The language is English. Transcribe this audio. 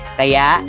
kaya